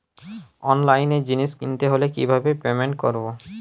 অনলাইনে জিনিস কিনতে হলে কিভাবে পেমেন্ট করবো?